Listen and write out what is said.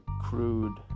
Crude